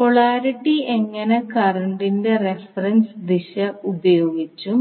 polarity എങ്ങിനെ current ൻറെ reference ദിശ ഉപയോഗിച്ചും